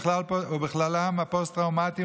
ובכללם הפוסט-טראומטיים,